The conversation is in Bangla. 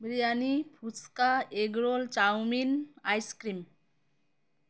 biryani phuchka egg roll chowmein ice cream